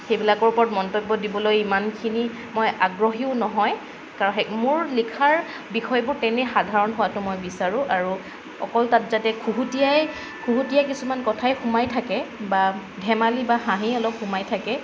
সেইবিলাকৰ ওপৰত মন্তব্য দিবলৈ ইমানখিনি মই আগ্ৰহীও নহয় কাৰ সেই মোৰ লিখাৰ বিষয়বোৰ তেনেই সাধাৰণ হোৱাটো মই বিচাৰোঁ আৰু অকল তাত যাতে খুহুতীয়াই খুহুতীয়াই কিছুমান কথাই সোমাই থাকে বা ধেমালি বা হাঁহি অলপ সোমাই থাকে